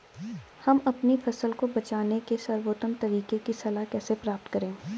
हम अपनी फसल को बचाने के सर्वोत्तम तरीके की सलाह कैसे प्राप्त करें?